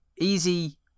easy